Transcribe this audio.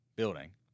building